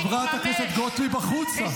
חברת הכנסת גוטליב, החוצה.